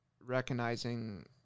recognizing